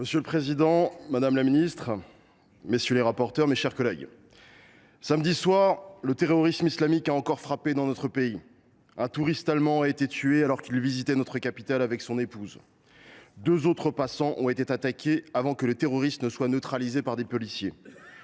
Monsieur le président, madame la secrétaire d’État, mes chers collègues, samedi soir, le terrorisme islamique a encore frappé notre pays. Un touriste allemand a été tué, alors qu’il visitait notre capitale avec son épouse. Deux autres passants ont été attaqués avant que le terroriste ne soit neutralisé par des policiers.